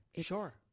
Sure